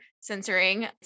censoring